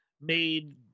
made